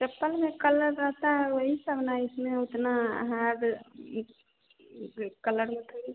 चप्पल मे कलर रहता है वइ सब ना इसमें उतना है बे कलर मे थोड़ी